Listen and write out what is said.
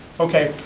okay,